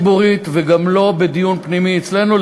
לא בביקורת ציבורית וגם לא בדיון פנימי אצלנו.